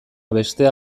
bestea